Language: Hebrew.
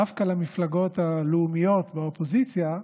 דווקא המפלגות הלאומיות באופוזיציה,